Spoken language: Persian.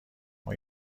اون